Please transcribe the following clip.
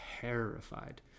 terrified